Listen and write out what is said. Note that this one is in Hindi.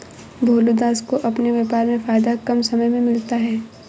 भोलू दास को अपने व्यापार में फायदा कम समय में मिलता है